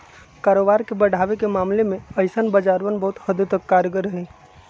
कारोबार के बढ़ावे के मामले में ऐसन बाजारवन बहुत हद तक कारगर हई